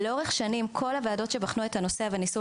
לאורך שנים כל הוועדות שבחנו את הנושא וניסו